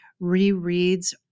rereads